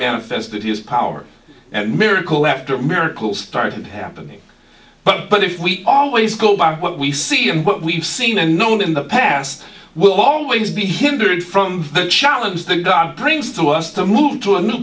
says that he has power and miracle after miracle started happening but but if we always go by what we see and what we've seen and known in the past we'll always be hindered from the challenge then god brings to us to move to a new